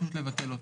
פשוט לבטל אותו.